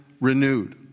renewed